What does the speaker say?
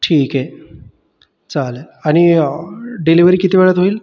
ठीक आहे चालेल आणि डिलीवरी किती वेळात होईल